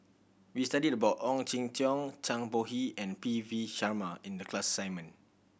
we studied about Ong Jin Teong Zhang Bohe and P V Sharma in the class assignment